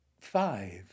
five